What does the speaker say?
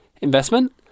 investment